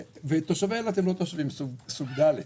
ותושבי אילת הם לא תושבים סוג ד'.